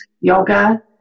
yoga